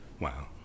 Wow